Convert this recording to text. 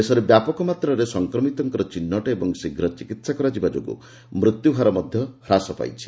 ଦେଶରେ ବ୍ୟାପକ ମାତ୍ରାରେ ସଂକ୍ରମିତମାନଙ୍କର ଚିହ୍ନଟ ଓ ଶୀଘ୍ର ଚିକିତ୍ସା କରାଯିବା ଯୋଗୁଁ ମୃତ୍ୟୁ ହାର ମଧ୍ୟ ହ୍ରାସ ପାଇଛି